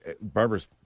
Barbara's